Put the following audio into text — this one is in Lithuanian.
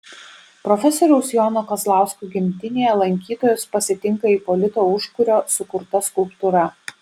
profesoriaus jono kazlausko gimtinėje lankytojus pasitinka ipolito užkurio sukurta skulptūra